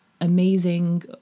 Amazing